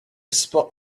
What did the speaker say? spot